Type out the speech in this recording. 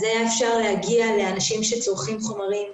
היה אפשר להגיע בצורה יותר קלה לאנשים שצורכים חומרים.